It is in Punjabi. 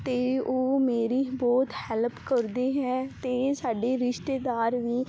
ਅਤੇ ਉਹ ਮੇਰੀ ਬਹੁਤ ਹੈਲਪ ਕਰਦੇ ਹੈ ਅਤੇ ਸਾਡੇ ਰਿਸ਼ਤੇਦਾਰ ਵੀ